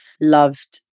loved